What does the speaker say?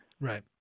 Right